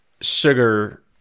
sugar